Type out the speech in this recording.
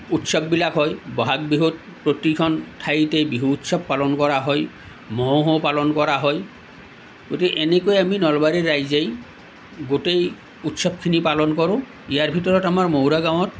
উৎসৱ বিলাক হয় ব'হাগ বিহুত প্ৰতিখন ঠাইতেই বিহু উৎসৱ পালন কৰা হয় মহো হো পালন কৰা হয় গতিকে এনেকৈ আমি নলবাৰীৰ ৰাইজেই গোটেই উৎসৱখিনি পালন কৰোঁ ইয়াৰ ভিতৰত আমাৰ মৌৰা গাঁৱত